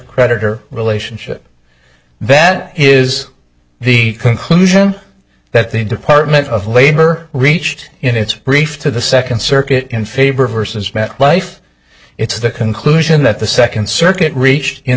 creditor relationship that is the conclusion that the department of labor reached in its brief to the second circuit in favor versus met life it's the conclusion that the second circuit